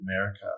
America